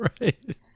Right